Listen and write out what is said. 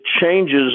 changes